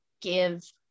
give